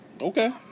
Okay